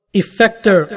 effector